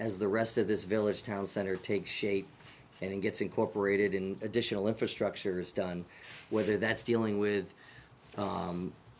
as the rest of this village town center takes shape and gets incorporated in additional infrastructure is done whether that's dealing with